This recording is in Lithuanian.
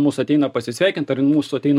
mus ateina pasisveikint ar jin mūsų ateina